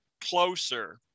closer